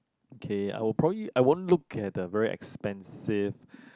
okay I would probably I won't look at the very expensive